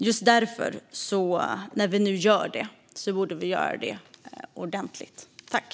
Just därför borde vi göra det ordentligt när vi nu gör det.